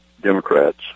Democrats